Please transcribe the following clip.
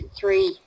three